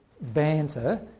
banter